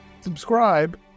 subscribe